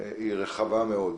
היא רחבה מאוד.